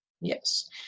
Yes